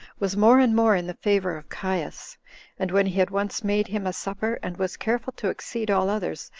was more and more in the favor of caius and when he had once made him a supper, and was careful to exceed all others,